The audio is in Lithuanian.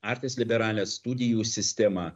artes liberales studijų sistemą